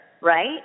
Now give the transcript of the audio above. right